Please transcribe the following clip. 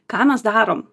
ką mes darom